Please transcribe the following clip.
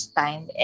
time